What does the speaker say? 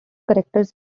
characters